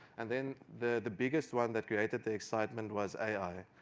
and then the the biggest one that created the excitement was ai.